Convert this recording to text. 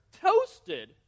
toasted